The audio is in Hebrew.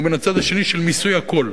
ומן הצד השני, של מיסוי הכול.